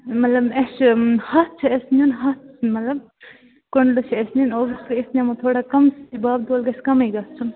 مطلب اَسہِ چھِ ہَتھ چھِ اَسہِ نِیُن ہَتھ مطلب کۄنٛڈلہٕ چھِ اَسہِ نِنۍ اوبیسلی أسۍ نِمو تھوڑا کم یُتھ باغ دوڑ گژھِ کمٕے گَژھُن